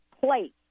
place